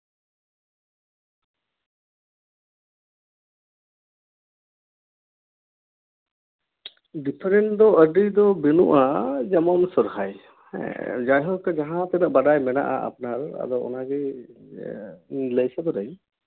different ᱫᱚ ᱟᱹᱰᱤ ᱫᱚ ᱵᱟᱹᱱᱩᱜᱼᱟ ᱡᱮᱢᱚᱱ ᱥᱚᱨᱦᱟᱭ ᱦᱮᱸ ᱡᱟᱭᱦᱳᱠ ᱡᱟᱦᱟᱸᱛᱤᱱᱟᱹᱜ ᱵᱟᱰᱟᱭ ᱢᱮᱱᱟᱜᱼᱟ ᱟᱯᱱᱟᱨ ᱟᱫᱚ ᱚᱱᱟ ᱜᱮ ᱤᱧ ᱞᱟᱹᱭ ᱥᱚᱫᱚᱨᱟᱹᱧ